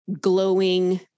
glowing